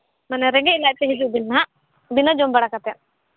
ᱢᱟᱱᱮ ᱨᱮᱸᱜᱮᱡ ᱞᱟᱡ ᱛᱮ ᱦᱤᱡᱩᱜ ᱵᱤᱱ ᱱᱟᱜ ᱵᱤᱱᱟᱹ ᱡᱚᱢ ᱵᱟᱲᱟ ᱠᱟᱛᱮᱫ